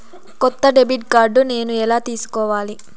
కొత్త debit card నేను ఎలా తీసుకోవాలి?